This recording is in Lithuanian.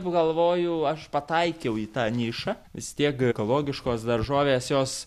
galvoju aš pataikiau į tą nišą vis tiek ekologiškos daržovės jos